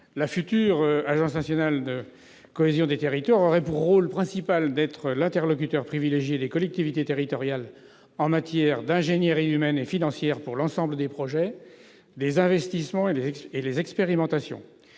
la future agence nationale pour la cohésion des territoires aurait pour rôle principal d'être l'interlocuteur privilégié des collectivités territoriales en matière d'ingénierie humaine et financière pour l'ensemble des projets, des investissements et des expérimentations.